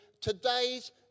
Today's